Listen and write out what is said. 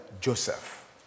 Joseph